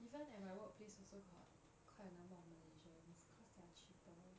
even at my workplace also got quite a number of malaysians cause they're cheaper